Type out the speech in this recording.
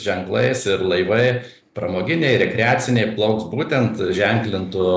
ženklais ir laivai pramoginiai rekreaciniai plauks būtent ženklintu